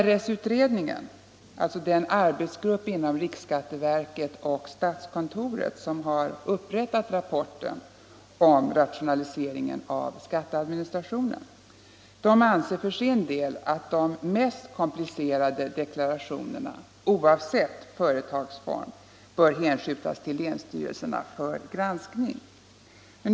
RS-utredningen — den arbetsgrupp inom riksskatteverket och statskontoret som har upprättat rapporten om rationaliseringen av skatteadministrationen — anser för sin del att de mest komplicerade deklarationerna, oavsett företagsform, bör hänskjutas till länsstyrelsen för granskning.